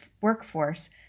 workforce